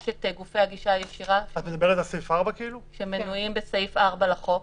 יש את גופי הגישה הישירה, שמנויים בסעיף 4 לחוק.